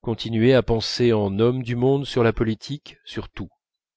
continuaient à penser en hommes du monde sur la politique sur tout